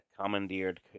commandeered